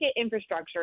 infrastructure